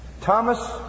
Thomas